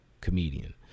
comedian